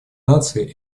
наций